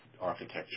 architecture